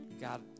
God